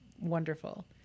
wonderful